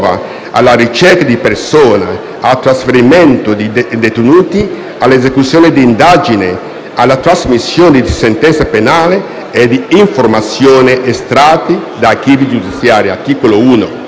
alla ricerca di persone, al trasferimento di detenuti, all'esecuzione di indagini, alla trasmissione di sentenze penali e di informazioni estratte da archivi giudiziari (articolo 1).